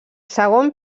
segon